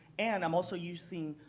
and i'm also using